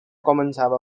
començava